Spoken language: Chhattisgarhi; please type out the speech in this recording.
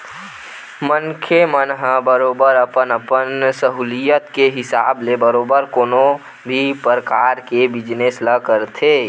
मनखे मन ह बरोबर अपन अपन सहूलियत के हिसाब ले बरोबर कोनो भी परकार के बिजनेस ल करथे